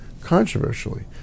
controversially